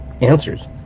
answers